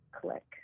click